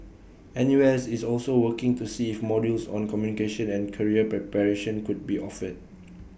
N U S is also working to see if modules on communication and career preparation could be offered